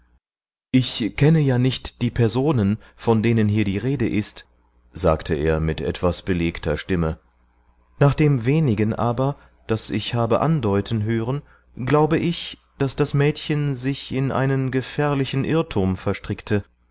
ich kenne ja nicht die personen von denen hier die rede ist sagte er mit etwas belegter stimme nach dem wenigen aber das ich habe andeuten hören glaube ich daß das mädchen sich in einen gefährlichen irrtum verstrickte